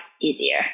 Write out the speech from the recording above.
easier